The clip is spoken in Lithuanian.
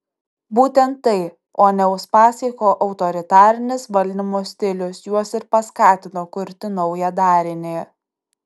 būtent tai o ne uspaskicho autoritarinis valdymo stilius juos ir paskatino kurti naują darinį